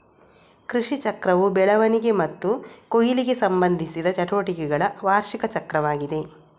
ಕೃಷಿಚಕ್ರವು ಬೆಳವಣಿಗೆ ಮತ್ತು ಕೊಯ್ಲಿಗೆ ಸಂಬಂಧಿಸಿದ ಚಟುವಟಿಕೆಗಳ ವಾರ್ಷಿಕ ಚಕ್ರವಾಗಿದೆ